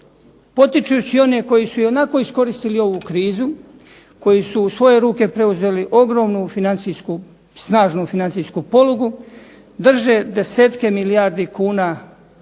potičući one koji su ionako iskoristili ovu krizu, koji su u svoje ruke preuzeli ogromnu financijsku, snažnu financijsku polugu, drže desetke milijardi kuna